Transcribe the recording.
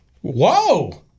Whoa